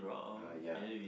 uh ya